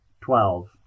twelve